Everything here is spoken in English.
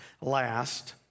last